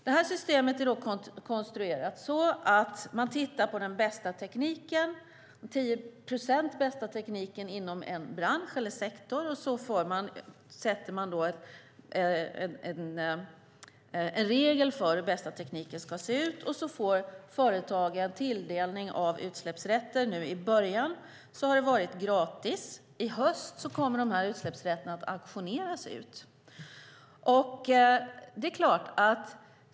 Det här systemet är konstruerat så att man tittar på den bästa tekniken, de 10 procent av tekniken som är bäst inom en bransch eller sektor, och så sätter man en regel för hur den bästa tekniken ska se ut. Sedan tilldelas företagen utsläppsrätter. Nu i början har de varit gratis. I höst kommer de här utsläppsrätterna att auktioneras ut.